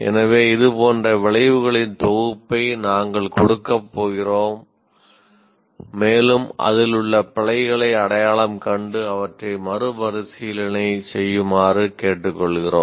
எனவே இது போன்ற விளைவுகளின் தொகுப்பை நாங்கள் கொடுக்கப் போகிறோம் மேலும் இதில் உள்ள பிழைகளை அடையாளம் கண்டு அவற்றை மறுபரிசீலனை செய்யுமாறு கேட்டுக்கொள்கிறோம்